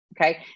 Okay